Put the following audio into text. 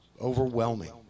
overwhelming